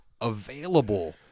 available